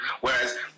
Whereas